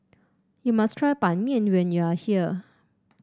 you must try Ban Mian when you are here